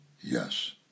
yes